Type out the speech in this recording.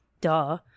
Duh